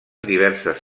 diverses